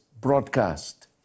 broadcast